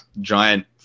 giant